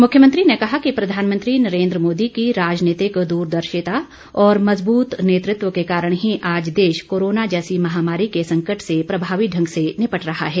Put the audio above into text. मुख्यमंत्री ने कहा कि प्रधानमंत्री नरेन्द्र मोदी की राजनीतिक द्रदर्शिता और मजबूत नेतत्व के कारण ही आज देश कोरोना जैसी महामारी के संकट से प्रभावी ढंग से निपट रहा है